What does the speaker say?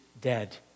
dead